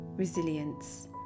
Resilience